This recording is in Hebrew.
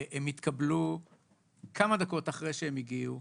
הם התקבלו כמה דקות אחרי שהם הגיעו,